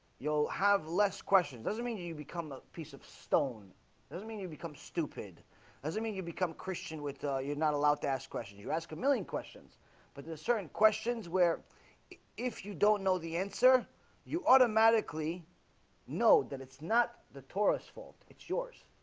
you'll have less questions doesn't mean you you become a piece of stone doesn't mean you become stupid doesn't mean you become christian with you're not allowed to ask questions you ask a million questions but there's certain questions where if you don't know the answer you automatically know? that it's not the tourists fault. it's yours